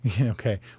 Okay